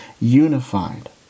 unified